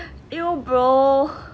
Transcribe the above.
!eww! bro